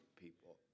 people